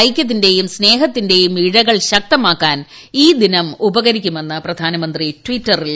ഐക്യത്തിന്റെയും സ്നേഹത്തിന്റെയും സമൂഹത്തിൽ ഇഴകൾ ശക്തമാക്കാൻ ഈ ദിനം ഉപകരിക്കുമെന്ന് പ്രധാനമന്ത്രി ട്വിറ്ററിൽ കുറിച്ചു